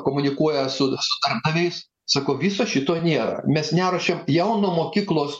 komunikuoja su darbdaviais sakau viso šito nėra mes neruošiam jau nuo mokyklos